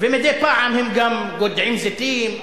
ומדי פעם הם גם גודעים זיתים,